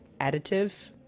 additive